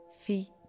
Feet